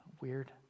Weird